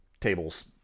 tables